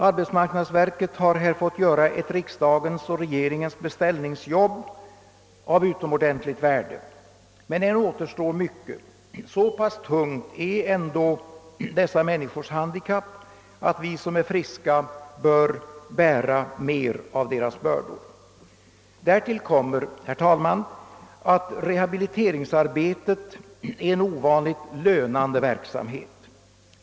Arbetsmarknadsverket har nu fått göra ett riksdagens och regeringens beställningsjobb av utomordentligt värde. Men än återstår mycket. Så pass betungande är ändå dessa människors handikapp, att vi som är friska bör bära mer av deras bördor. Därtill kommer att rehabiliteringsarbetet är en ovanligt lönande verksamhet.